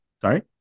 Sorry